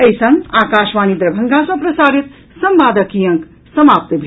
एहि संग आकाशवाणी दरभंगा सँ प्रसारित संवादक ई अंक समाप्त भेल